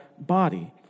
body